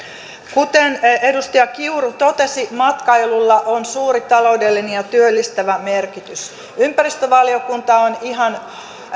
kuten edustaja kiuru totesi matkailulla on suuri taloudellinen ja työllistävä merkitys ympäristövaliokunta on ihan